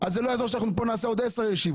אז לא יעזור שאנחנו נעשה פה עוד עשר ישיבות.